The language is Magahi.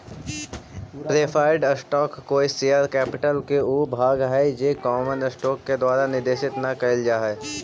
प्रेफर्ड स्टॉक कोई शेयर कैपिटल के ऊ भाग हइ जे कॉमन स्टॉक के द्वारा निर्देशित न कैल जा हइ